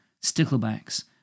sticklebacks